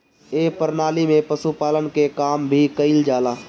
ए प्रणाली में पशुपालन के काम भी कईल जाला